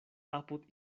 apud